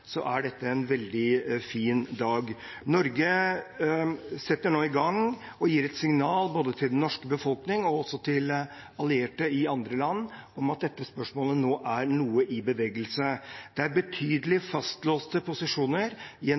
er dette en veldig fin dag. Norge setter nå i gang og gir et signal både til den norske befolkning og til allierte i andre land om at dette spørsmålet nå er noe i bevegelse. Det er betydelig fastlåste posisjoner